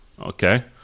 Okay